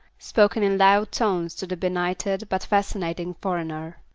spoken in loud tones to the benighted but fascinating foreigner.